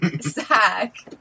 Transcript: Zach